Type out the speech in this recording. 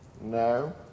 No